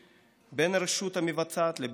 בין הרשות המבצעת לבין הרשות השופטת.